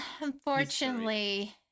Unfortunately